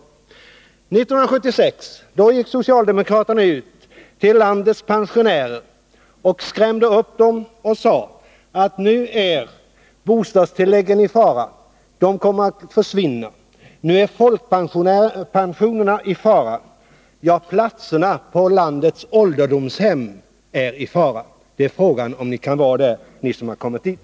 1976 gick socialdemokraterna ut till landets pensionärer och skrämde upp dem. Man sade att bostadstilläggen var i fara. De skulle komma att försvinna, hette det. Vidare hette det att folkpensionerna var i fara, ja, t.o.m. platserna på landets ålderdomshem. Det är fråga om huruvida vi som kommit in får vara kvar, hette det.